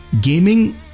gaming